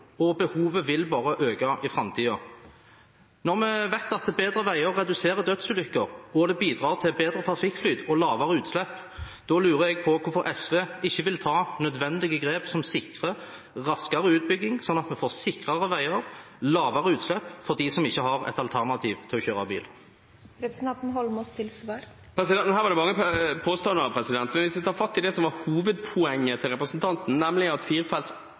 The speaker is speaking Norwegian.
og behovet vil bare øke i framtiden. Når vi vet at bedre veier reduserer antall dødsulykker og bidrar til bedre trafikkflyt og lavere utslipp, lurer jeg på hvorfor SV ikke vil ta nødvendige grep som sikrer raskere utbygging, sånn at vi får lavere utslipp og sikrere veier for dem som ikke har et alternativ til å kjøre bil. Her var det mange påstander. Men hvis jeg tar fatt i det som var hovedpoenget til representanten, nemlig at firefelts